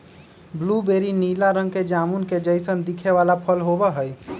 blueberry नीला रंग के जामुन के जैसन दिखे वाला फल होबा हई